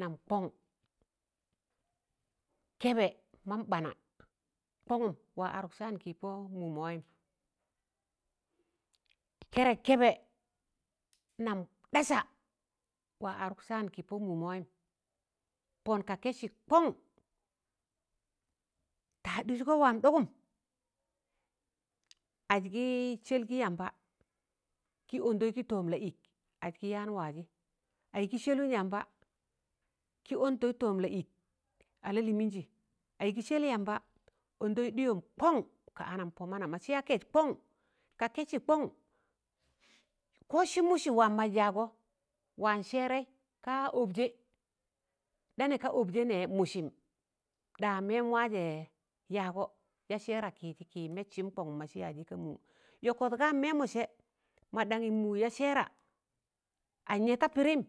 nam kọṇ, kẹbẹ mam ɓana kọnụm wa adụk san kị-pọ mụụma wayịm kẹrẹk kẹbẹ nam ɗasa wa adụk saan kịpọ mụụmọ wayịm, pọn ka kẹsị kọṇ taaɗịzgọ waam ɗ̣ọgụm as gị sẹl gị yamba ọndọs gị tọọm la'ịk as kị yaan waazị, as gị sẹlụn yamba kị ọtọs tọọm la'ịk a lalịmịịnjị, as gị sẹl yamba ọndọs ɗịyọm kọṇ ka anam pọmana mo̱sị kes kọṇ Ka kẹsị kọṇ sị mụsị waam maz yaagọ waan sẹẹrẹị, kaa ọbjẹ, ɗa nẹ ka ọbjẹ nẹẹ mụsịm da nẹẹm waajẹ yaagọ ya sẹẹra kị kị mẹssịm kọṇgụm mọsị yaazị ga mụụ yọkọt ga mẹe̱mọse̱ ma ɗaṇyị mụụ ya sẹẹra as nẹẹ da pịdịịm.